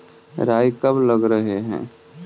राई कब लग रहे है?